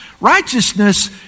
Righteousness